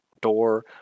door